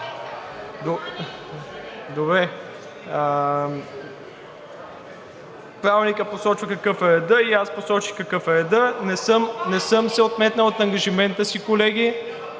Правилникът посочва какъв е редът и аз посочих какъв е редът. Не съм се отметнал от ангажимента си, колеги.